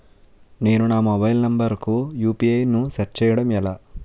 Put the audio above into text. నేను నా mobile number కుయు.పి.ఐ ను సెట్ చేయడం ఎలా?